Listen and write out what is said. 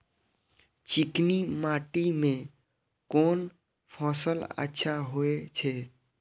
चिकनी माटी में कोन फसल अच्छा होय छे?